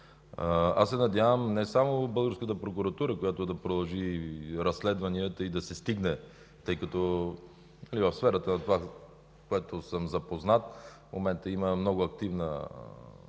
Надявам се не само на българската прокуратура, която да продължи разследванията и да се стигне, тъй като и в сферата на това, с което съм запознат, в момента има много активна